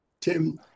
Tim